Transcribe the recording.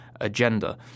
agenda